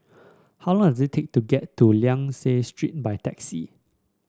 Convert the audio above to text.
how long does it take to get to Liang Seah Street by taxi